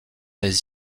les